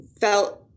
felt